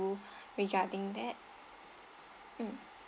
do ragarding that mm